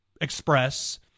express